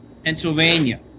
Pennsylvania